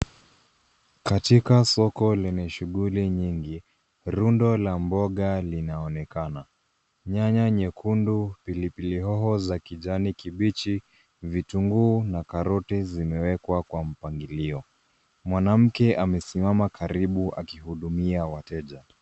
Katika soko lenye shughuli nyingi, rundo la mboga linaoneka na. Nyanya nyekundu, pilipili hoho za kijani kibichi, vitunguu na karoti zimewekwa kwa mpangilio. Mwanamke amesimama karibu akihudumia wateja.